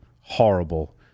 horrible